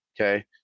Okay